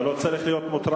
אתה לא צריך להיות מוטרד,